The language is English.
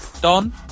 don